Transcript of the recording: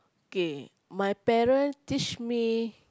K my parent teach me